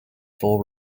full